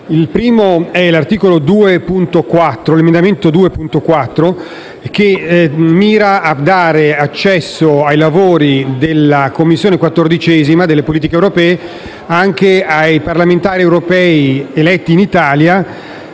Il primo è l'emendamento 2.4, che mira a dare accesso ai lavori della 14a Commissione, delle politiche europee, anche ai parlamentari europei eletti in Italia,